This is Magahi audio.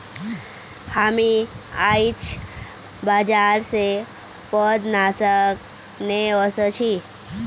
हामी आईझ बाजार स पौधनाशक ने व स छि